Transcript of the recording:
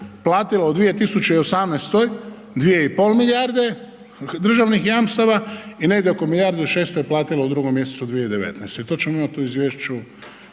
platila u 2018. 2,5 milijarde državnih jamstava i negdje oko milijardu i 600 je platila u 2. mj. 2019., to ćemo imati u izvješću